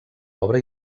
obra